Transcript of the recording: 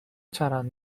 چرند